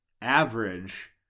average